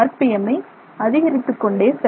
M I அதிகரித்துக்கொண்டே செல்வது